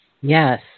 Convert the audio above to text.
Yes